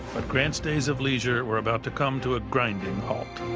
grant's days of leisure were about to come to a grinding halt.